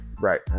right